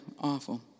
Awful